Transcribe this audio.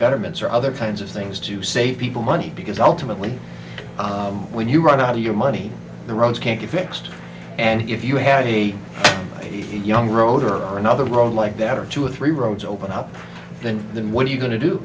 betterments or other kinds of things to save people money because ultimately when you run out of your money the roads can't be fixed and if you have a young road or another road like that or two or three roads open up then then what are you go